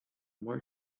more